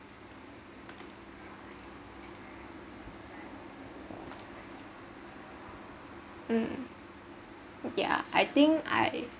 um yeah I think I